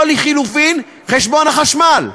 או לחלופין חשבון החשמל?